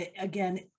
again